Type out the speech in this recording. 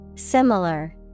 Similar